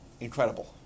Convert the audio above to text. Incredible